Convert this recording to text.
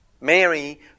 Mary